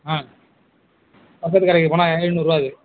ஆ பக்கத்து கடைக்கு போனால் எழுநூறுருவா இது